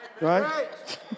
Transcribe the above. Right